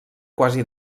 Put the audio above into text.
quasi